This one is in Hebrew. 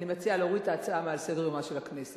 אני מציעה להוריד את ההצעה מעל סדר-יומה של הכנסת.